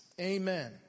Amen